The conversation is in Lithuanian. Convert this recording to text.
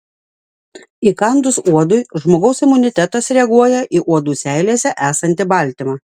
įkandus uodui žmogaus imunitetas reaguoja į uodų seilėse esantį baltymą